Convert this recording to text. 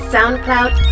SoundCloud